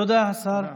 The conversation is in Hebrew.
תודה, השר.